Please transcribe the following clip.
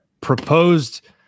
proposed